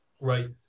Right